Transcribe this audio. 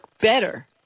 better